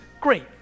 Great